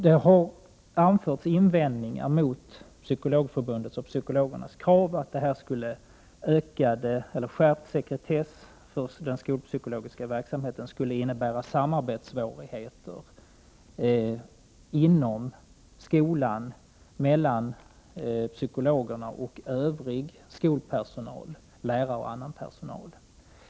Det har anförts invändningar mot Psykologförbundets och psykologernas krav om att skärpt sekretess för den skolpsykologiska verksamheten skulle medföra samarbetssvårigheter mellan psykologerna och lärare och annan personal inom skolan.